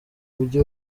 mujyi